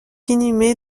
inhumé